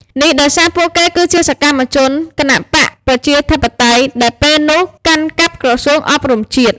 នេះដោយសារពួកគេគឺជាសកម្មជនគណបក្សប្រជាធិបតេយ្យ ដែលពេលនោះ កាន់កាប់ក្រសួងអប់រំជាតិ។